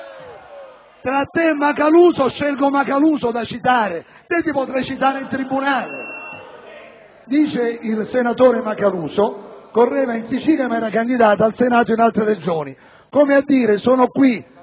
Tra lei e Macaluso, scelgo Macaluso da citare. Lei, senatore Garraffa, potrei citarla in tribunale. Dice il senatore Macaluso: «Correva in Sicilia ma era candidata al Senato in altre Regioni». Come a dire: sono qui